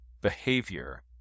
behavior